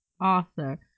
Arthur